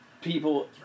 people